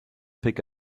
pick